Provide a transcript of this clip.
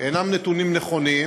אינם נכונים,